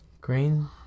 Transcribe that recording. Green